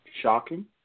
Shocking